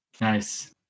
Nice